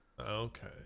okay